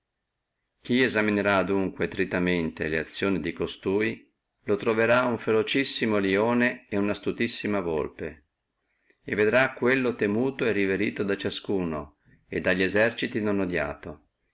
chi esaminerà adunque tritamente le azioni di costui lo troverrà uno ferocissimo lione et una astutissima golpe e vedrà quello temuto e reverito da ciascuno e dalli eserciti non odiato